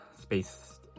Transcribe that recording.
space